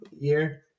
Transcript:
year